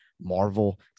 Marvel